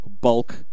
Bulk